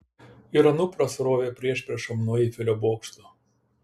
ir anupras rovė priešpriešom nuo eifelio bokšto